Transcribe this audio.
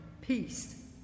peace